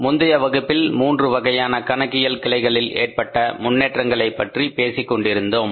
முந்தைய வகுப்பில் மூன்று வகையான கணக்கியல் கிளைகளில் ஏற்பட்ட முன்னேற்றங்களை பற்றி பேசிக்கொண்டிருந்தோம்